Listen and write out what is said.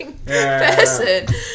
Person